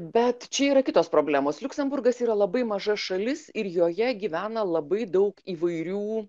bet čia yra kitos problemos liuksemburgas yra labai maža šalis ir joje gyvena labai daug įvairių